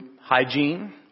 hygiene